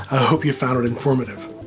i hope you found it informative.